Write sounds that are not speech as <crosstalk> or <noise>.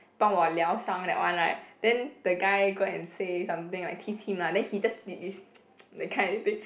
帮我疗伤 that one right then the guy go and say something like tease him lah then he just did this <noise> that kind of thing